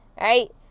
right